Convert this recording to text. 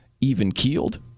even-keeled